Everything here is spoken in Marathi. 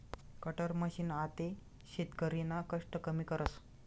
कटर मशीन आते शेतकरीना कष्ट कमी करस